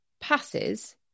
passes